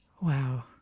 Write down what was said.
Wow